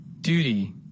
Duty